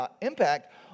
impact